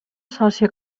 associa